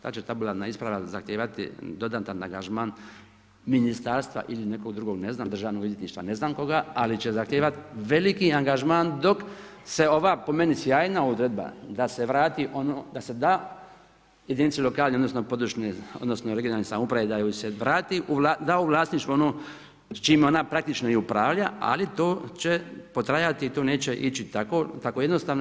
Ta će tabularna isprava zahtijevati dodatan angažman ministarstva ili nekog drugog, Državnog odvjetništva, ne znam koga, ali će zahtijevati veliki angažman dok se ova po meni sjajna odredba da se vrati ono da se da jedinice lokalne odnosno područne odnosno regionalne samouprave da joj se da u vlasništvo ono s čime ona praktično i upravlja li to će potrajati i to neće ići tako jednostavno.